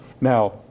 Now